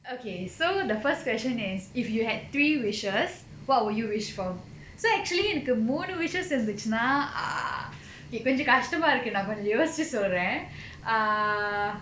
okay so the first question is if you had three wishes what would you wish for so actually the எனக்கு மூணு:enakku moonu wishes இருந்திச்சினா:irundhichina err கொஞ்சம் கஷ்டமா இருக்கு நா கொஞ்சம் யோசிச்சு சொல்றேன்:konjam kashtama irukku naa konjam yosichu solren err